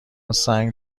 سنگ